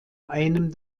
einem